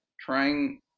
trying